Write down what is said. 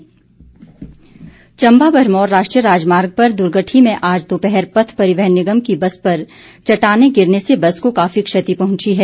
दुर्घटना चम्बा भरमौर राष्ट्रीय राजमार्ग पर दर्गठी में आज दोपहर पथ परिवहन निगम की बस पर चट्टानें गिरने से बस को काफी क्षति पहुंची है